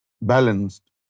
balanced